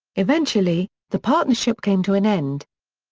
eventually, the partnership came to an end.